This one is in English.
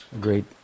great